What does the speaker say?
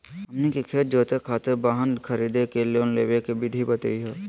हमनी के खेत जोते खातीर वाहन खरीदे लिये लोन लेवे के विधि बताही हो?